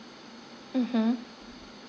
mmhmm